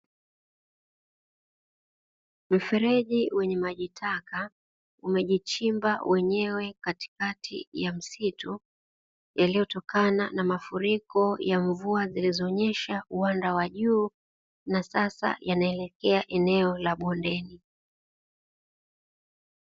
Mfereji wenye maji taka umejichimba wenyewe katikati ya msitu, yaliyotokana na mafuriko ya mvua zilizonyesha uwanda wa juu na sasa yanaelekea eneo la bondeni.